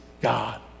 God